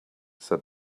said